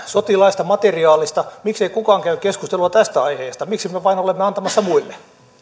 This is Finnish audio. sotilaista materiaalista miksei kukaan käy keskustelua tästä aiheesta miksi me me vain olemme antamassa muille